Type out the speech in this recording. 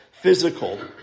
physical